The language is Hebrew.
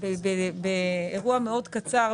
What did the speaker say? באירוע מאוד קצר,